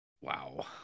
Wow